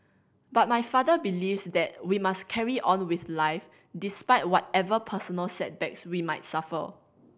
but my father believes that we must carry on with life despite whatever personal setbacks we might suffer